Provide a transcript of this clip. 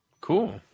cool